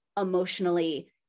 emotionally